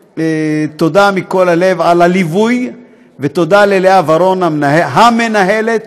תודה מכל הלב על הליווי, ותודה ללאה ורון, ה-מנהלת